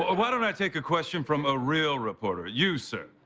ah why don't i take a question from a real reporter. you, sir.